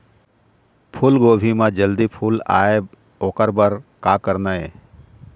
फूलगोभी म जल्दी फूल आय ओकर बर का करना ये?